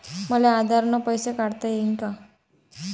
मले आधार न पैसे काढता येईन का?